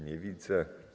Nie widzę.